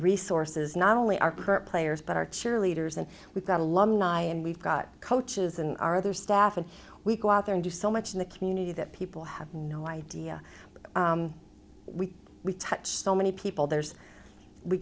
resources not only our current players but our cheerleaders and we've got a lot and we've got coaches and our other staff and we go out there and do so much in the community that people have no idea but we we touch so many people there's we